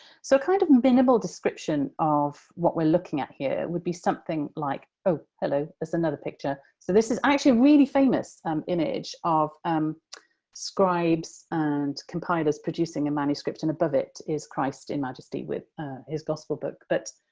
so, kind of a minimal description of what we're looking at here would be something like oh. hello. there's another picture. so this is actually really famous um image of um scribes and compilers producing a and manuscript, and above it is christ in majesty with his gospel book. but,